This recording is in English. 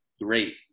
great